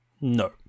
No